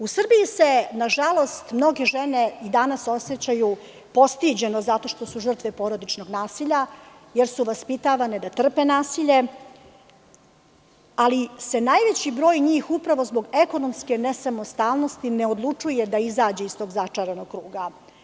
U Srbiji se mnoge žene osećaju postiđeno zato što su žrtve porodičnog nasilja, jer su vaspitavane da trpe nasilje, ali se najveći broj njih, upravo zbog ekonomske nesamostalnosti, ne odlučuje da izađe iz tog začaranog kruga.